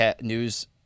news